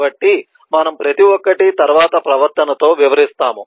కాబట్టి మనము ప్రతి ఒక్కటి తరువాత ప్రవర్తనతో వివరిస్తాము